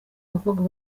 abakobwa